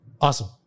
Awesome